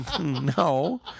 No